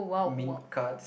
mint cards